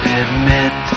admit